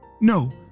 No